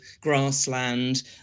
grassland